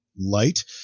light